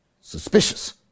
Suspicious